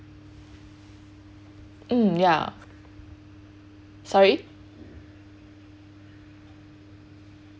mm ya sorry